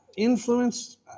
Influenced